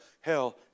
hell